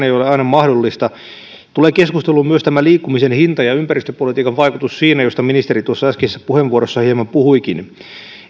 mahdollista tulevat keskusteluun myös liikkumisen hinta ja ympäristöpolitiikan vaikutus siinä mistä ministeri tuossa äskeisessä puheenvuorossa hieman puhuikin